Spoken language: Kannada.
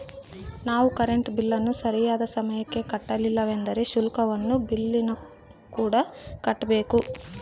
ನಾವು ಕರೆಂಟ್ ಬಿಲ್ಲನ್ನು ಸರಿಯಾದ ಸಮಯಕ್ಕೆ ಕಟ್ಟಲಿಲ್ಲವೆಂದರೆ ಶುಲ್ಕವನ್ನು ಬಿಲ್ಲಿನಕೂಡ ಕಟ್ಟಬೇಕು